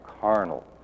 carnal